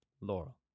Laurel